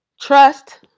Trust